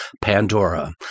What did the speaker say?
Pandora